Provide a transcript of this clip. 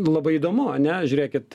labai įdomu ane žiūrėkit